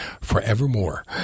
forevermore